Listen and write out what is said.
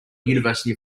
university